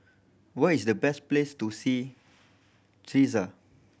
what is the best place to see